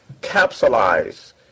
capsulize